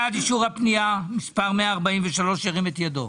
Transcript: הצבעה בעד, רוב פנייה מס' 143 אושרה.